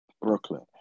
Brooklyn